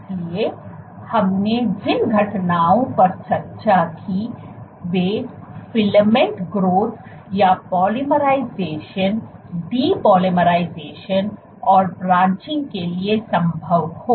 इसलिए हमने जिन घटनाओं पर चर्चा की वे फिलामेंट ग्रोथ या पोलीमराइजेशन डेपोलाइराइजेशन और ब्रांचिंग के लिए संभव हो